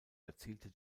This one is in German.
erzielte